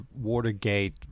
Watergate